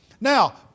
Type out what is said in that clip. Now